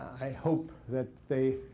i hope that they